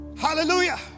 Hallelujah